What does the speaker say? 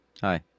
hi